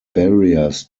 barriers